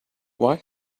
why